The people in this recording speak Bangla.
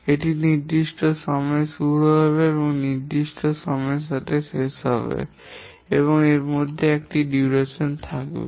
এটি নির্দিষ্ট সময়ে শুরু হবে এবং নির্দিষ্ট সময়ের সাথে শেষ হবে এবং এর মধ্যে একটি সময়কাল থাকবে